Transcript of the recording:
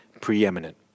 preeminent